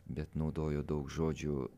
bet naudojo daug žodžių